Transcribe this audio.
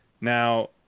Now